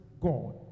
God